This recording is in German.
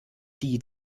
die